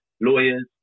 lawyers